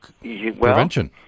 prevention